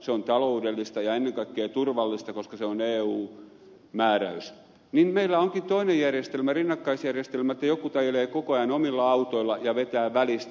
se on taloudellista ja ennen kaikkea turvallista koska se on eu määräys mutta meillä onkin toinen rinnakkaisjärjestelmä että jotkut ajelevat koko ajan omilla autoilla ja vetävät välistä